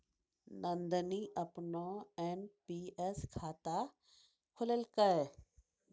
नंदनी अपनो एन.पी.एस खाता खोललकै